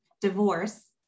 divorce